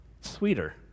sweeter